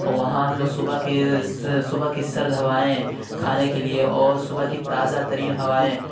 او وہاں ہم لوگ صبح کے صبح کی سرد ہوائیں کھانے کے لیے اور صبح کی تازہ ترین ہوائیں